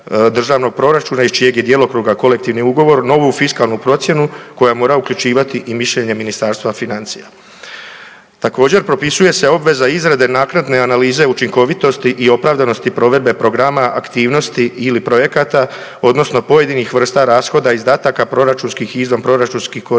državnog proračuna iz čijeg je djelokruga kolektivni ugovor, novu fiskalnu procjenu, koja mora uključivati i mišljenje Ministarstva financija. Također, propisuje se obveza izrade naknadne analize učinkovitosti i opravdanosti provedbe programa aktivnosti ili projekata odnosno pojedinih vrsta rashoda, izdataka proračunskih i izvanproračunskih korisnika